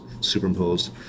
superimposed